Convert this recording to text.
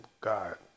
God